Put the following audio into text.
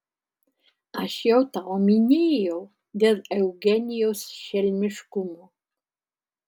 aš jau tau minėjau dėl eugenijaus šelmiškumo